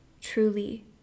truly